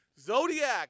Zodiac